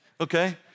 okay